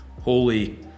holy